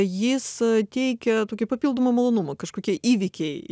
jis teikia tokį papildomą malonumą kažkokie įvykiai